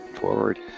forward